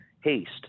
haste